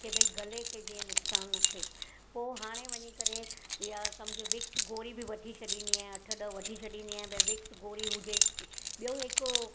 के भई गले खे जीअं नुक़सानु न थिए पोइ हाणे वञी करे या सम्झि विक्स गोरी बि वठी छॾींदी आहियां अठ ॾह वठी छॾींदी आहियां भई विक्स गोरी हुजे सुठी ॿियो हिकु